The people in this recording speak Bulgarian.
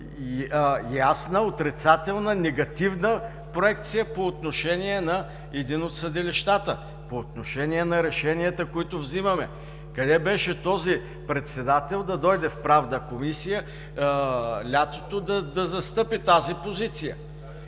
ясна отрицателна, негативна проекция по отношение на едно от съдилищата, по отношение на решенията, които взимаме. Къде беше този председател лятото да застъпи тази позиция